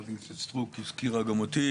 חברת הכנסת סטרוק הזכירה גם אותי,